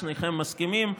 שניכם מסכימים,